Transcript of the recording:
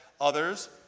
others